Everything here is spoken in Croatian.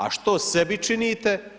A što sebi činite?